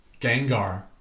Gengar